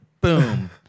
Boom